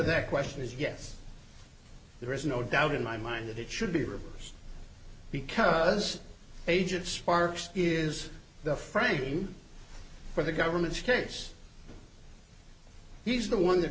hat question is yes there is no doubt in my mind that it should be reversed because agent sparks is the franking for the government's case he's the one that